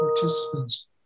participants